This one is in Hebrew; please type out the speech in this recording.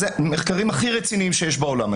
אלה המחקרים הכי רציניים שיש בעולם.